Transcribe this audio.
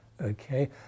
okay